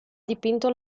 dipinto